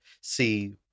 see